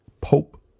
Pope